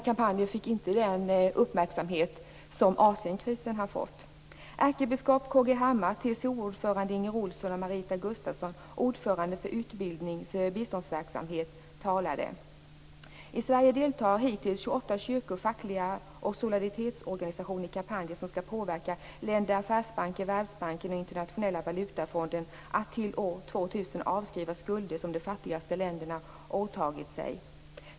Kampanjen fick inte den uppmärksamhet som Asienkrisen har fått. I Sverige deltar hittills 28 kyrkor, fackliga organisationer och solidaritetsorganisationer som skall påverka länder, affärsbanker, Världsbanken och Internationella valutafonden att till år 2000 avskriva skulder som de fattigaste länderna åtagit sig.